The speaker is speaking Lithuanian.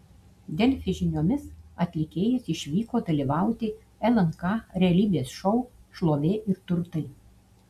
delfi žiniomis atlikėjas išvyko dalyvauti lnk realybės šou šlovė ir turtai